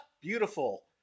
beautiful